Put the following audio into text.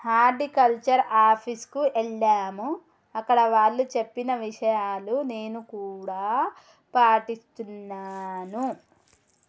horticulture office కు ఎల్లాము అక్కడ వాళ్ళు చెప్పిన విషయాలు నేను కూడా పాటిస్తున్నాను